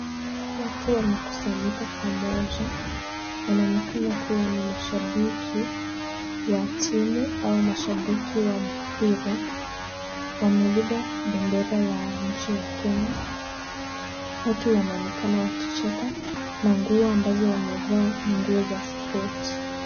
Watu wamekusanyika pamoja. Wanaonekana kuwa ni mashabiki wa timu au ni mashabiki wa mpira. Wamebeba bendera ya nchi ya Kenya. Watu wanaonekana wakicheka na nguo ambazo wamevaa ni nguo za spoti.